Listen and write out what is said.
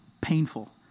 painful